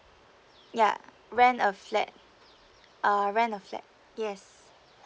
ya rent a flat err rent a flat yes